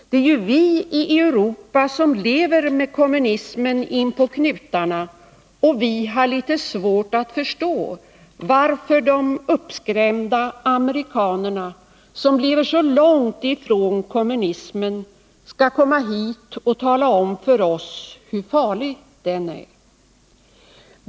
Det är ju vi i Europa som lever med kommunismen inpå knutarna, och vi har litet svårt att förstå varför de uppskrämda amerikanerna, som lever så långt från kommunismen, skall komma hit och tala om för oss hur farlig den är.